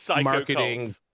marketing